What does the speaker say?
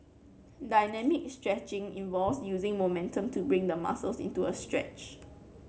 dynamic stretching involves using momentum to bring the muscles into a stretch